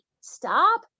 Stop